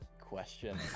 question